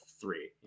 three